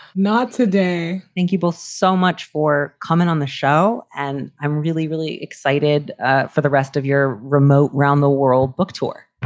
not today. thank you both so much for coming on the show. and i'm really, really excited ah for the rest of your remote. round the world tour